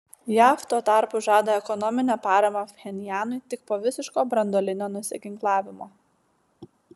jav tuo tarpu žada ekonominę paramą pchenjanui tik po visiško branduolinio nusiginklavimo